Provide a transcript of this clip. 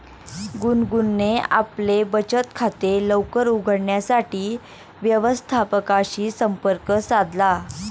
गुनगुनने आपले बचत खाते लवकर उघडण्यासाठी व्यवस्थापकाशी संपर्क साधला